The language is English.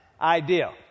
idea